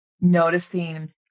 noticing